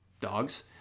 dogs